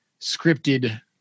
scripted